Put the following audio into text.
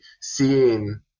seeing